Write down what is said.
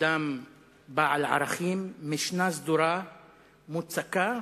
אדם בעל ערכים ומשנה סדורה ומוצקה,